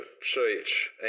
church